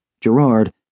Gerard